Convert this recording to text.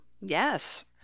Yes